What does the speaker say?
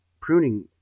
pruning